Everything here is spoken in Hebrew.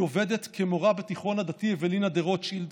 היא עובדת כמורה בתיכון הדתי אוולינה דה רוטשילד,